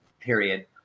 period